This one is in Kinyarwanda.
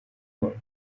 nkongi